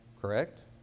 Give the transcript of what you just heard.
correct